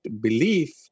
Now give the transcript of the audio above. belief